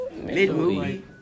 Mid-movie